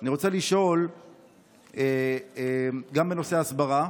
אני רוצה לשאול גם בנושא ההסברה: